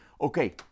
Okay